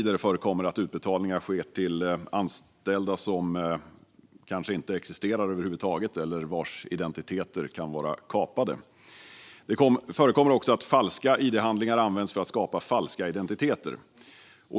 Det förekommer att utbetalningar sker till anställda som kanske inte existerar över huvud taget eller vars identiteter kan vara kapade. Det förekommer också att falska id-handlingar används för att skapa falska identiteter.